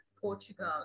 Portugal